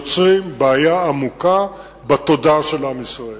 יוצרים בעיה עמוקה בתודעה של עם ישראל.